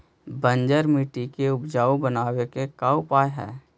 बंजर मट्टी के उपजाऊ बनाबे के का उपाय है?